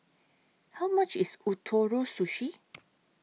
How much IS Ootoro Sushi